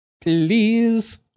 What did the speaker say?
Please